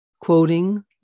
quoting